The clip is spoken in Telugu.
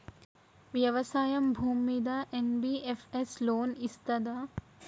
వ్యవసాయం భూమ్మీద ఎన్.బి.ఎఫ్.ఎస్ లోన్ ఇస్తదా?